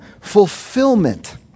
fulfillment